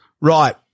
Right